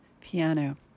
piano